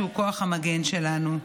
שהוא כוח המגן שלנו.